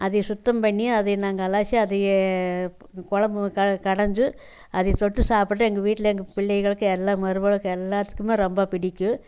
அதை சுத்தம் பண்ணி அதை நாங்கள் அலசி அதையே கொழம்பு கடைஞ்சி அதை தொட்டு சாப்பிட்டு எங்கள் வீட்டில் எங்கள் பிள்ளைகளுக்கு எல்லா மருமகளுக்கு எல்லாத்துக்குமே ரொம்ப பிடிக்கும்